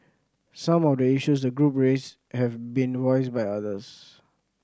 some of the issues the group raised have been voiced by others